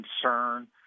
concern